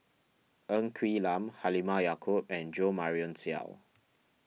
Ng Quee Lam Halimah Yacob and Jo Marion Seow